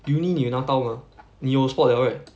uni 你有拿到 eh 你有 spot liao right